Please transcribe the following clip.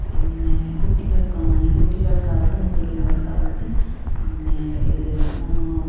പിന്നെ കുട്ടികൾക്കു അങ്ങനെ കുട്ടികൾക്കാവട്ടെ മുതിർന്നവർക്കാവട്ടെ പിന്നെ ഇത് നമ്മൾ